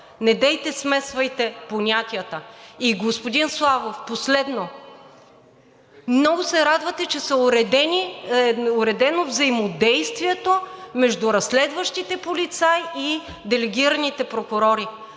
Не смесвайте понятията. Господин Славов, последно. Много се радвате, че е уредено взаимодействието между разследващите полицаи и делегираните прокурори.